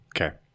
Okay